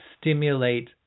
stimulate